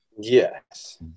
Yes